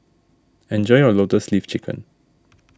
enjoy your Lotus Leaf Chicken